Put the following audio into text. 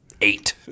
eight